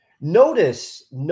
notice